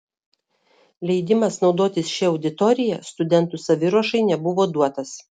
leidimas naudotis šia auditorija studentų saviruošai nebuvo duotas